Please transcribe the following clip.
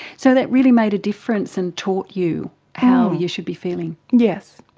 so that really made a difference and taught you how you should be feeling. yes.